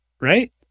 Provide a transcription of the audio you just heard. Right